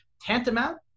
tantamount